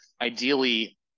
ideally